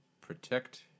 Protect